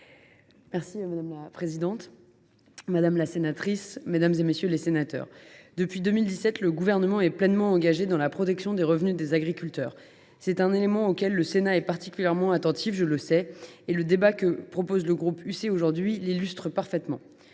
Madame la présidente, madame la sénatrice Loisier, mesdames, messieurs les sénateurs, depuis 2017, le Gouvernement est pleinement engagé pour la protection des revenus des agriculteurs. C’est un élément auquel le Sénat est particulièrement attentif, je le sais, et le débat que propose le groupe UC aujourd’hui l’illustre parfaitement.